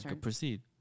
Proceed